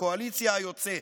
לקואליציה היוצאת: